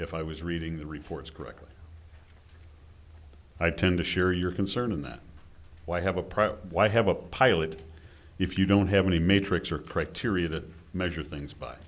if i was reading the reports correctly i tend to share your concern in that i have a problem why have a pilot if you don't have any matrix or criteria that measure things by